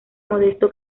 modesto